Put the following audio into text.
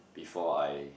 before I